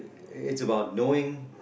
it's about knowing